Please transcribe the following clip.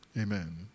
Amen